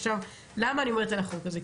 עכשיו, למה אני אומרת על החוק הזה?